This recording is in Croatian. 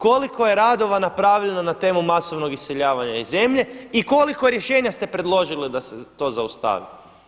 Koliko je radova napravljeno na temu masovnog iseljavanja iz zemlje i koliko rješenja ste predložili da se to zaustavi?